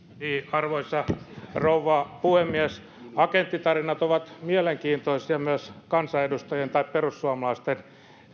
arvoisa rouva puhemies agenttitarinat ovat mielenkiintoisia myös kansanedustajien perussuomalaistenkin